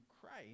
Christ